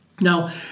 Now